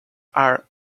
are